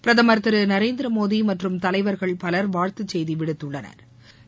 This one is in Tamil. பிரதமர் திரு நரேந்திரமோடி மற்றும் தலைவர்கள் பலர் வாழ்த்து செய்தி விடுத்துள்ளனா்